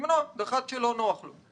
למנות דח"צ שנוח לו.